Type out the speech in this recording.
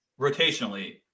rotationally